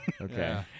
Okay